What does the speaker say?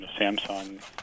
Samsung